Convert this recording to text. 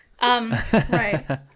Right